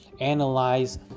analyze